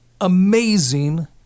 amazing